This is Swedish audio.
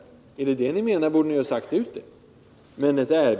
Är detta vad ni menar, borde ni ha sagt ut det.